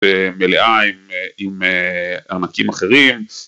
‫במלאה עם עמקים אחרים.